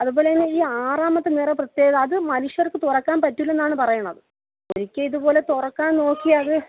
അതുപോലതന്നെ ഈ ആറാമത്തെ അറ പ്രത്യേകത അത് മനുഷ്യർക്ക് തുറക്കാൻ പറ്റില്ലെന്നാണ് പറയണത് ഒരിക്കൽ ഇതുപോലെ തുറക്കാൻ നോക്കിയത്